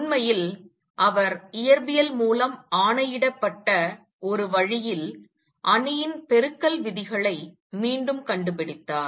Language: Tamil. உண்மையில் அவர் இயற்பியல் மூலம் ஆணையிடப்பட்ட ஒரு வழியில் அணியின் பெருக்கல் விதிகளை மீண்டும் கண்டுபிடித்தார்